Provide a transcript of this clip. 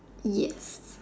yes